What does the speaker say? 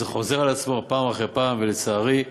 וזה חוזר על עצמו פעם אחרי פעם, ולצערי,